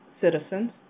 citizens